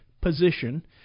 position